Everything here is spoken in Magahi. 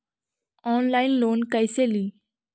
ऑनलाइन लोन कैसे ली?